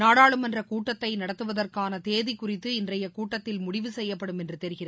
நாடாளுமன்றகூட்டத்தைநடத்துவதற்கானதேதிகுறித்து இன்றையகூட்டத்தில் முடிவு செய்யப்படும் என்றதெரிகிறது